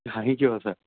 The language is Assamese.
হাঁহি কিয় আছা